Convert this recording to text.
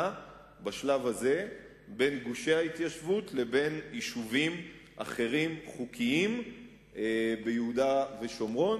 בשלב הזה בין גושי ההתיישבות לבין יישובים אחרים חוקיים ביהודה ושומרון,